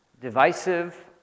divisive